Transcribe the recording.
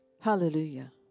Hallelujah